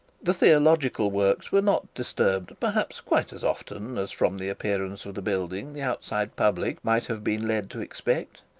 the theological works were not disturbed, perhaps, quite as often as from the appearance of the building the outside public might have been led to expect.